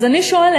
אז אני שואלת: